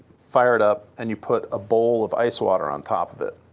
fire it up and you put a bowl of ice water on top of it.